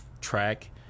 track